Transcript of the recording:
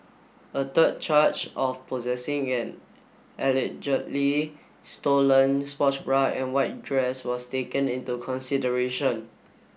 a third charge of possessing an allegedly stolen sports bra and white dress was taken into consideration